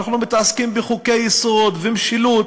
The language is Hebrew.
ואנחנו מתעסקים בחוקי-יסוד ומשילות.